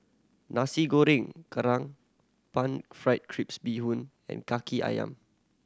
Nasi Goreng Kerang Pan Fried Crispy Bee Hoon and Kaki Ayam